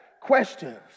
questions